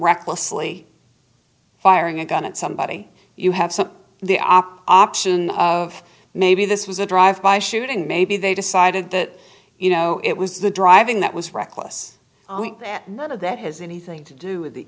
recklessly firing a gun at somebody you have some they are option of maybe this was a drive by shooting maybe they decided that you know it was the driving that was reckless i mean none of that has anything to do with the